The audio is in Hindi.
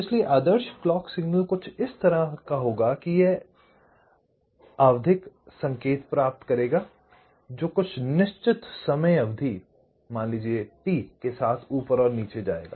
इसलिए आदर्श क्लॉक सिग्नल इस तरह होगा कि यह आवधिक संकेत प्राप्त करेगा जो कुछ निश्चित समय अवधि मान लीजिये T के साथ ऊपर और नीचे जाएगा